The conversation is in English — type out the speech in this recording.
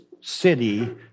city